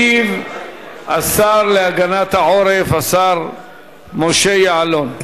ישיב בשם השר להגנת העורף, השר משה יעלון.